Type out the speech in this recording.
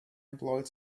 employed